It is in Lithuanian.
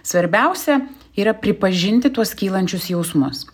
svarbiausia yra pripažinti tuos kylančius jausmus